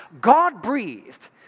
God-breathed